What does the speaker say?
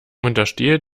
unterstehe